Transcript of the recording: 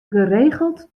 geregeld